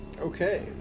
okay